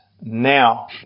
Now